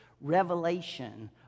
revelation